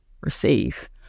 receive